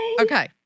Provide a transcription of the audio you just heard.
okay